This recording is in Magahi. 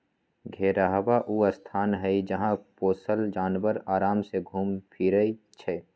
घेरहबा ऊ स्थान हई जहा पोशल जानवर अराम से घुम फिरइ छइ